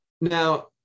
Now